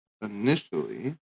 initially